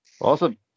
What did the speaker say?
Awesome